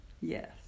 Yes